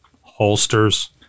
holsters